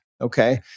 okay